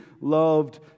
loved